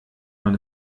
man